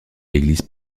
l’église